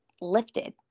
lifted